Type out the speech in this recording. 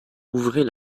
ouvrez